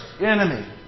enemy